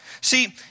See